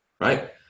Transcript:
right